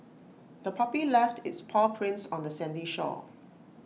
the puppy left its paw prints on the sandy shore